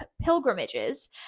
pilgrimages